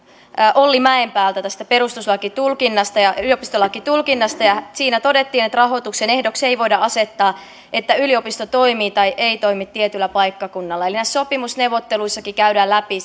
olli mäenpäältä tästä perustuslaki ja yliopistolakitulkinnasta siinä todettiin että rahoituksen ehdoksi ei voida asettaa että yliopisto toimii tai ei toimi tietyllä paikkakunnalla näissä sopimusneuvotteluissakin käydään läpi